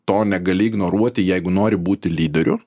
to negali ignoruoti jeigu nori būti lyderiu